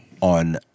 On